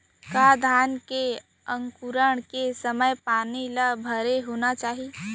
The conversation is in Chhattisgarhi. का धान के अंकुरण के समय पानी ल भरे होना चाही?